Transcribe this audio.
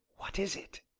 what is it?